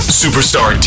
superstar